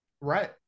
right